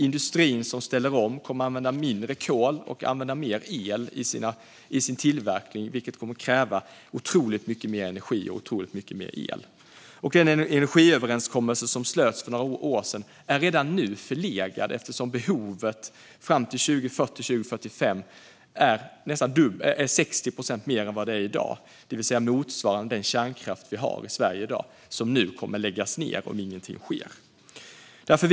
Industrin som ställer om kommer att använda mindre kol och mer el i sin tillverkning, vilket kommer att kräva otroligt mycket mer energi och el. Den energiöverenskommelse som slöts för några år sedan är redan nu förlegad, eftersom behovet fram till 2040-2045 är nästan 60 procent mer än vad det är i dag. Det motsvarar alltså den kärnkraft vi har i Sverige i dag, som kommer att läggas ned om ingenting sker.